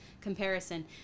comparison